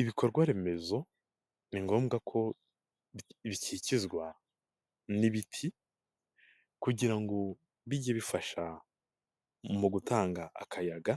Ibikorwa remezo ni ngombwa ko bikikizwa n'ibiti, kugira ngo bijye bifasha mu gutanga akayaga